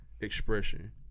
expression